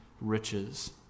riches